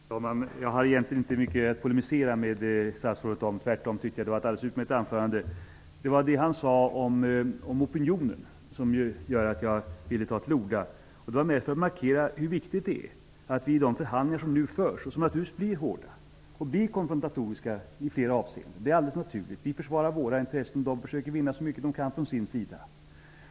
Herr talman! Jag har egentligen inte mycket att polemisera med statsrådet om. Jag tycker tvärtom att han höll ett utmärkt anförande. Det var det som han sade om opinioner som föranledde mig att ta till orda, mest för att markera hur viktigt det är med de förhandlingar som nu förs och som naturligtvis är hårda och konfrontatoriska i flera avseenden. Vi försvarar våra intressen, och de försöker att vinna så mycket de kan från sin sida.